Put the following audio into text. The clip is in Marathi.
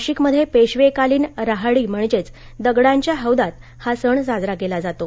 नाशिकमध्ये पेशवे कालीन राहाडी म्हणजेच दगडांच्या हौदात हा सण साजरा केला जातो